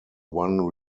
one